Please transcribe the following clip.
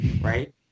right